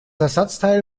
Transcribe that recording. ersatzteil